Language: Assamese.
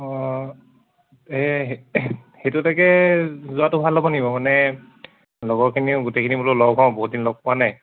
অঁ এই সেইটো তাকে যোৱাটো ভাল হ'ব নিব মানে লগৰখিনিও গোটেইখিনি বোলো লগ হওঁ বহুত দিন লগ পোৱা নাই